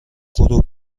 غروب